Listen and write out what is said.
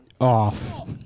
Off